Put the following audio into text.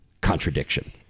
contradiction